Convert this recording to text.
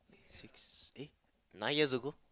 six eh nine years ago